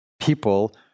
people